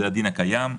זה הדין הקיים.